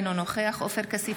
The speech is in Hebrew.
אינו נוכח עופר כסיף,